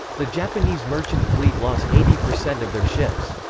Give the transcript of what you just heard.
the japanese merchant fleet lost eighty percent of their ships.